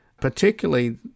particularly